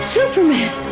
Superman